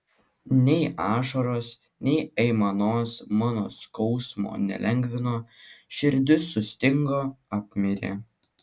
nei ašaros nei aimanos mano skausmo nelengvino širdis sustingo apmirė